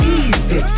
Easy